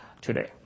today